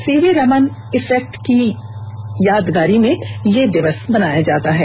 CV Raman effect की यादगार में यह दिवस मनाया जाता है